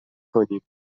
کنیم